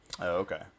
Okay